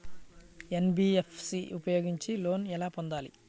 NBFC ఉపయోగించి loan ఎలా పొందాలి?